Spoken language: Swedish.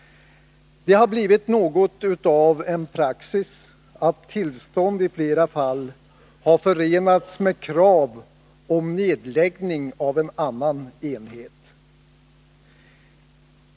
Det har blivit något av praxis att tillstånd i flera fall har förenats med krav på nedläggning av annan enhet.